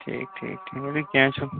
ٹھیٖک ٹھیٖک ٹھیٖک ؤلِو کیٚنٛہہ چھُنہٕ